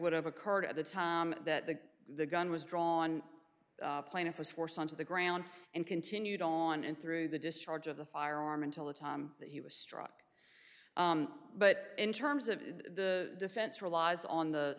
would have occurred at the time that the the gun was drawn plaintiff was forced onto the ground and continued on in through the discharge of the firearm until the time that he was struck but in terms of the defense relies on the